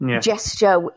Gesture